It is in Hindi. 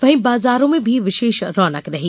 वहीं बाजारों में भी विशेष रौनक रही